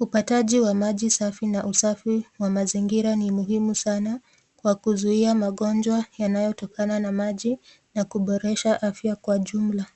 upataji wa maji safi na usafi wa mazingira ni muhimu sana kwa kuzuia magonjwa yanayotokana na maji na kuboresha afya kwa jumla.